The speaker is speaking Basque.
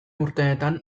urteetan